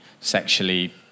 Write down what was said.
sexually